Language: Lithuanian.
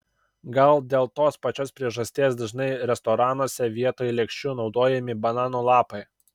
gal dėl tos pačios priežasties dažnai restoranuose vietoj lėkščių naudojami banano lapai